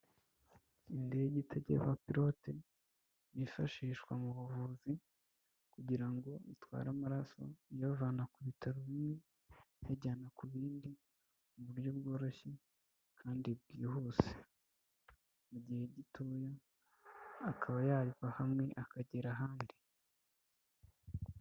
Indege itagira abapilote yifashishwa mu buvuzi kugira ngo itware amaraso iyavana ku bitaro bimwe iyajyana ku bindi mu buryo bworoshye kandi bwihuse mu gihe gitoya, akaba yava hamwe akagera ahandi.